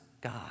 God